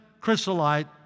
chrysolite